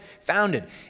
founded